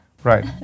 right